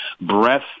breath